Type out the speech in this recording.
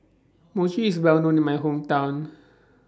Mochi IS Well known in My Hometown